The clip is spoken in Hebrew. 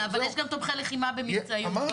אבל יש גם תומכי לחימה במבצעים, בואו.